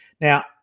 Now